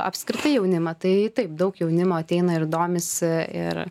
apskritai jaunimą tai taip daug jaunimo ateina ir domisi ir